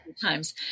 times